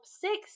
six